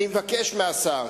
אדוני היושב-ראש,